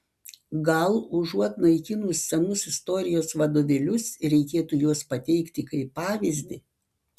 gal užuot naikinus senus istorijos vadovėlius reikėtų juos pateikti kaip pavyzdį